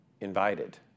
invited